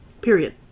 period